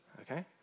okay